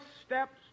steps